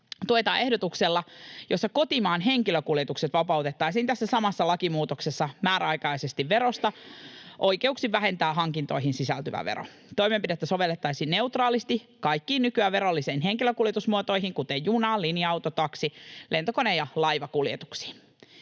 tuetaan ehdotuksella, jossa kotimaan henkilökuljetukset vapautettaisiin tässä samassa lakimuutoksessa määräaikaisesti verosta, oikeuksin vähentää hankintoihin sisältyvä vero. Toimenpidettä sovellettaisiin neutraalisti kaikkiin nykyään verollisiin henkilökuljetusmuotoihin, kuten juna-, linja-auto-, taksi-, lentokone- ja laivakuljetuksiin.